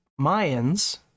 Mayans